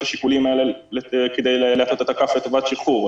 השיקולים האלה כדי להטות את הכף לטובת שחרור,